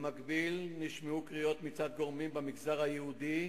במקביל, נשמעו קריאות מצד גורמים במגזר היהודי